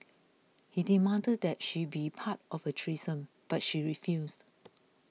he demanded that she be part of a threesome but she refused